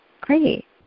Great